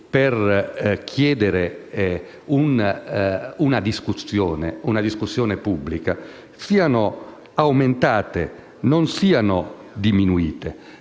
per chiedere una discussione pubblica siano aumentate e non diminuite.